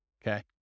Okay